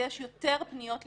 ויש יותר פניות לשיקום.